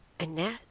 Annette